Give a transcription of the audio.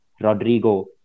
Rodrigo